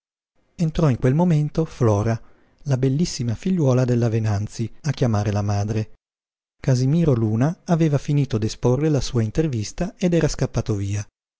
entrò in quel momento flora la bellissima figliuola della venanzi a chiamare la madre casimiro luna aveva finito d'esporre la sua intervista ed era scappato via